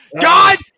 God